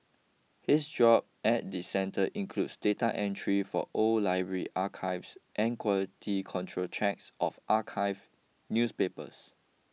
his job at the centre includes data entry for old library archives and quality control checks of archive newspapers